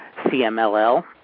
CMLL